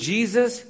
Jesus